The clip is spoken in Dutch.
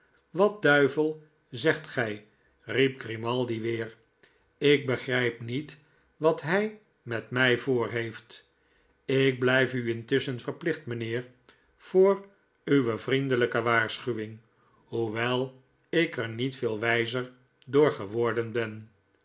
wat duivel zegt gij riep grimaldi weer ik begrijp niet wat hij met mij voorheeft ik blijf u intusschen verplicht mynheer voor uwe vriendelijke waarschuwing hoewel ik er niet veel wijzer door geworden ben